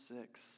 six